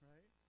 Right